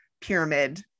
pyramid